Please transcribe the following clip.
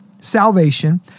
salvation